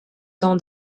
temps